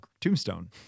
Tombstone